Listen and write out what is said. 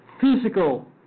physical